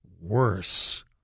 worse